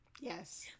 Yes